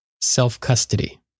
Self-custody